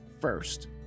first